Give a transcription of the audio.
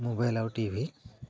mobile আৰু TV